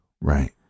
Right